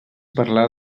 parlar